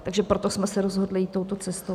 Takže proto jsme se rozhodli jít touto cestou.